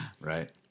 right